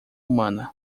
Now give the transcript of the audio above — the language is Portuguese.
humana